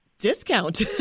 Discount